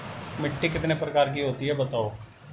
मिट्टी कितने प्रकार की होती हैं बताओ?